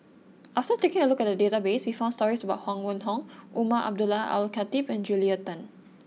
after taking a look at the database we found stories about Huang Wenhong Umar Abdullah Al Khatib and Julia Tan